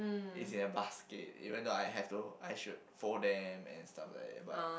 is in a basket even though I have to I should fold them and stuff like that but